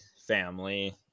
family